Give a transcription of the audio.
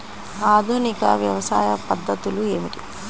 ఆధునిక వ్యవసాయ పద్ధతులు ఏమిటి?